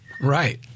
Right